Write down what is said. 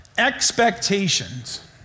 expectations